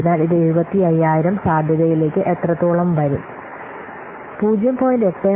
അതിനാൽ ഇത് 75000 സാധ്യതയിലേക്ക് എത്രത്തോളം വരും 0